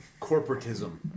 Corporatism